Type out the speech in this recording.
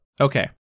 Okay